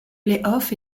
playoffs